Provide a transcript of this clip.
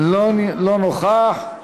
לא נוכח.